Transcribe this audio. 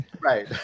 right